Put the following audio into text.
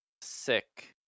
sick